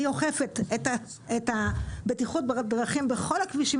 היא אוכפת את הבטיחות בדרכים בכל הכבישים